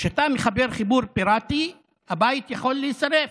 שכשאתה מחבר חיבור פיראטי, הבית יכול להישרף,